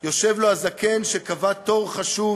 יושב לו הזקן שקבע תור חשוב,